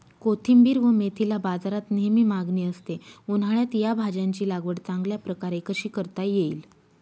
कोथिंबिर व मेथीला बाजारात नेहमी मागणी असते, उन्हाळ्यात या भाज्यांची लागवड चांगल्या प्रकारे कशी करता येईल?